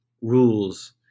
rules